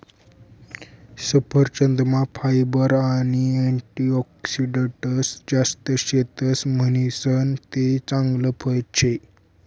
सफरचंदमा फायबर आणि अँटीऑक्सिडंटस जास्त शेतस म्हणीसन ते चांगल फळ शे